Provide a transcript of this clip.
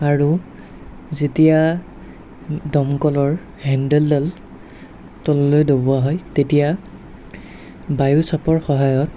আৰু যেতিয়া দমকলৰ হেণ্ডেলডাল তললৈ দবোৱা হয় তেতিয়া বায়ু চাপৰ সহায়ত